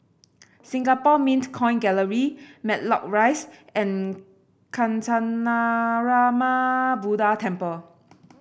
Singapore Mint Coin Gallery Matlock Rise and Kancanarama Buddha Temple